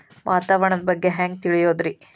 ವಾತಾವರಣದ ಬಗ್ಗೆ ಹ್ಯಾಂಗ್ ತಿಳಿಯೋದ್ರಿ?